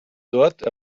dort